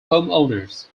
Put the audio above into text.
homeowners